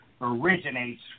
originates